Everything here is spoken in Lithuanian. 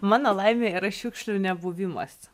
mano laimė yra šiukšlių nebuvimas